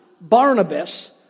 Barnabas